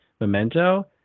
memento